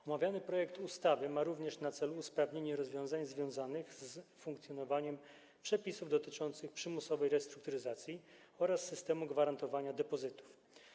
Omawiany projekt ustawy ma również na celu usprawnienie rozwiązań związanych z funkcjonowaniem przepisów dotyczących przymusowej restrukturyzacji oraz systemu gwarantowania depozytów.